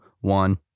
one